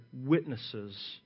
witnesses